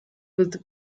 with